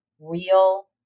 real